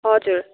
हजुर